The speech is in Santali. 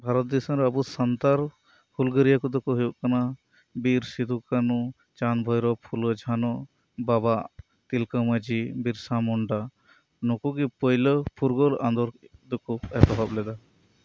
ᱵᱷᱟᱨᱚᱛ ᱫᱤᱥᱚᱢ ᱨᱮ ᱟᱵᱚ ᱥᱟᱱᱛᱟᱲ ᱦᱩᱞᱜᱟᱹᱨᱭᱟᱹ ᱠᱚᱫᱚ ᱠᱚ ᱦᱩᱭᱩᱜ ᱠᱟᱱᱟ ᱵᱤᱨ ᱥᱤᱫᱩ ᱠᱟᱱᱩ ᱪᱟᱸᱫᱽ ᱵᱷᱚᱭᱨᱳᱵᱽ ᱯᱷᱩᱞᱚ ᱡᱷᱟᱱᱚ ᱵᱟᱵᱟ ᱛᱤᱞᱠᱟᱹ ᱢᱟᱺᱡᱷᱤ ᱵᱤᱨᱥᱟ ᱢᱩᱱᱰᱟ ᱱᱩᱠᱩᱜᱮ ᱯᱳᱭᱞᱳ ᱯᱷᱩᱨᱜᱟᱹᱞ ᱟᱸᱫᱳᱲ ᱫᱚᱠᱚ ᱮᱛᱚᱦᱚᱵ ᱞᱮᱫᱟ